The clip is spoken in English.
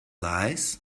lies